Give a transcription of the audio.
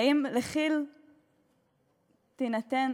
האם לכי"ל תינתן